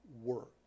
work